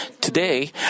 today